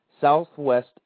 Southwest